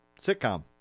sitcom